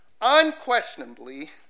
Unquestionably